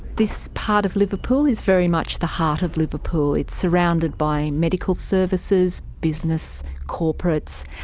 this part of liverpool is very much the heart of liverpool, it's surrounded by medical services business, corporates,